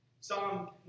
Psalm